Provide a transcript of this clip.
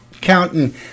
counting